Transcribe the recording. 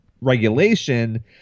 regulation